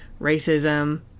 racism